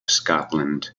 scotland